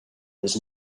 was